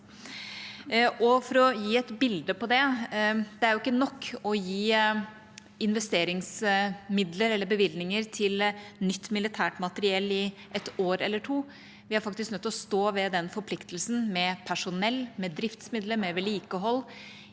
For å gi et bilde på det: Det er jo ikke nok å gi investeringsmidler eller bevilgninger til nytt militært materiell i ett år eller to. Vi er faktisk nødt til å stå ved den forpliktelsen med personell, med driftsmidler, med vedlikehold